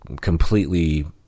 completely